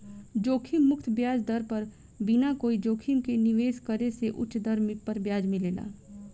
जोखिम मुक्त ब्याज दर पर बिना कोई जोखिम के निवेश करे से उच दर पर ब्याज मिलेला